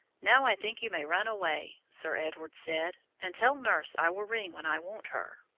now, i think you may run away, sir edward said, and tell nurse i will ring when i want her.